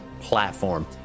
platform